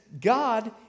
God